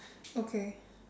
okay